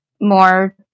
more